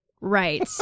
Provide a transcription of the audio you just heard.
Right